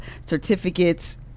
certificates